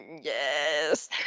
Yes